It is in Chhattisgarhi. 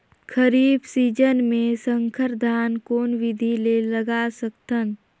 खरीफ सीजन मे संकर धान कोन विधि ले लगा सकथन?